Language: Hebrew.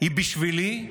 היא בשבילי,